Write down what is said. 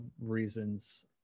reasons